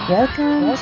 Welcome